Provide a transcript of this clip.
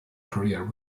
career